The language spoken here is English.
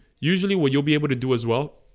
usually what you'll be able to do as well,